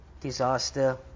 disaster